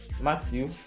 matthew